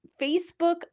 Facebook